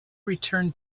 returned